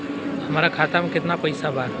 हमरा खाता मे केतना पैसा बा?